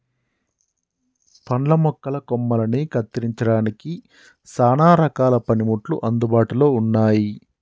పండ్ల మొక్కల కొమ్మలని కత్తిరించడానికి సానా రకాల పనిముట్లు అందుబాటులో ఉన్నాయి